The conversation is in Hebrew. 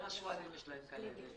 גם השועלים יש להם כלבת.